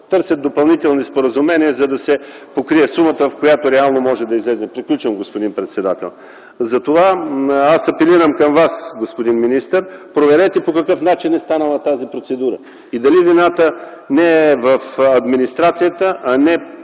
търсят допълнителни споразумения, за да се покрие сумата, която реално може да излезе. Затова аз апелирам към Вас, господин министър, проверете по какъв начин е станала тази процедура и дали вината не е в администрацията, а не